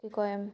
কি কয়